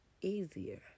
easier